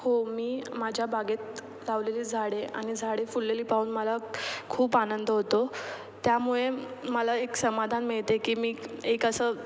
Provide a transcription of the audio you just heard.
हो मी माझ्या बागेत लावलेली झाडे आणि झाडे फुललेली पाहून मला खूप आनंद होतो त्यामुळे मला एक समाधान मिळते की मी क एक असं